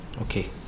okay